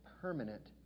permanent